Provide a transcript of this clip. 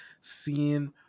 seeing